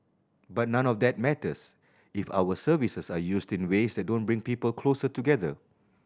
but none of that matters if our services are used in ways that don't bring people closer together